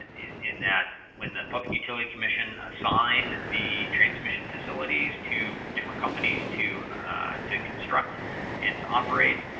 in that when the public utility commission assigned the transmission facilities to different companies to to construct and to operate